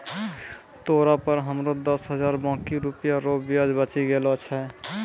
तोरा पर हमरो दस हजार बाकी रुपिया रो ब्याज बचि गेलो छय